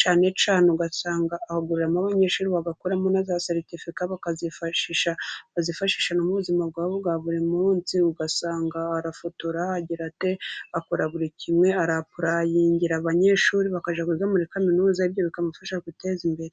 cyane cyane ugasanga ahuguriramo abanyeshuri bagakuramo na za sertifika, bakazifashisha zibafasha mu buzima bwabo bwa buri munsi, ugasanga arafotora agira ate akora buri kimwe, araprayingira abanyeshuri bakajya muri kaminuza ibyo bikamufasha kwiteza imbere.